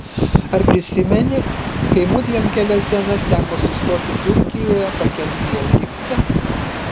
ar prisimeni kai mudviem kelias dienas teko sustoti turkijoje pakeliui į egiptą